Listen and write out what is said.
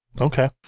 Okay